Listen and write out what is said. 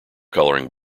coloring